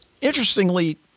interestingly